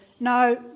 no